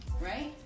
Right